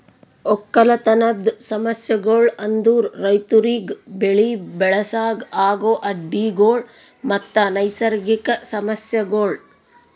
ಒಕ್ಕಲತನದ್ ಸಮಸ್ಯಗೊಳ್ ಅಂದುರ್ ರೈತುರಿಗ್ ಬೆಳಿ ಬೆಳಸಾಗ್ ಆಗೋ ಅಡ್ಡಿ ಗೊಳ್ ಮತ್ತ ನೈಸರ್ಗಿಕ ಸಮಸ್ಯಗೊಳ್